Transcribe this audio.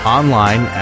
online